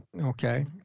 okay